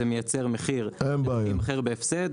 זה מייצר מחיר שגורם למוצר להימכר בהפסד